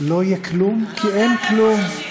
כי יש לנו ראש ממשלה מושחת,